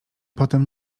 potem